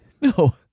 No